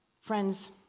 Friends